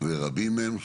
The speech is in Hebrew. ורבים הם.